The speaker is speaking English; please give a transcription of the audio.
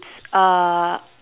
uh